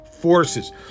forces